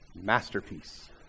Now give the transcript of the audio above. Masterpiece